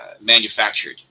manufactured